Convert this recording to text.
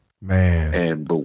Man